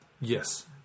Yes